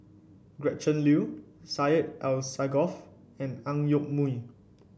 Gretchen Liu Syed Alsagoff and Ang Yoke Mooi